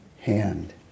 hand